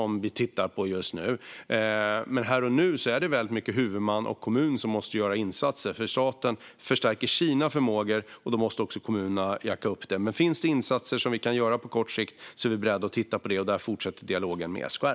Men här och nu är det huvudmannen kommunerna som måste göra insatser, för när staten förstärker sina förmågor måste också kommunerna jacka upp. Vi är dock beredda att titta på insatser som kan göras på kort sikt, och här fortsätter dialogen med SKR.